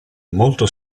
molto